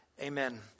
Amen